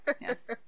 Yes